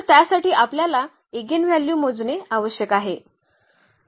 तर त्यासाठी आपल्याला इगेनव्ह्ल्यू मोजणे आवश्यक आहे